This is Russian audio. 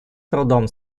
трудом